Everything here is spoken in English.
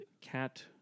cat